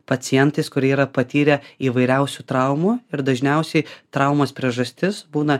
pacientais kurie yra patyrę įvairiausių traumų ir dažniausiai traumos priežastis būna